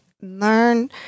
learn